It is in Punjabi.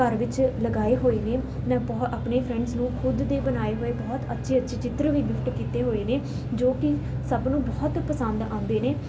ਘਰ ਵਿੱਚ ਲਗਾਏ ਹੋਏ ਨੇ ਮੈਂ ਬਹੁ ਆਪਣੇ ਫਰੈਂਡਸ ਨੂੰ ਖੁਦ ਦੇ ਬਣਾਏ ਹੋਏ ਬਹੁਤ ਅੱਛੇ ਅੱਛੇ ਚਿੱਤਰ ਵੀ ਗਿਫਟ ਕੀਤੇ ਹੋਏ ਨੇ ਜੋ ਕਿ ਸਭ ਨੂੰ ਬਹੁਤ ਪਸੰਦ ਆਉਂਦੇ ਨੇ